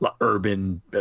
urban